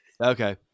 Okay